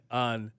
on